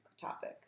topic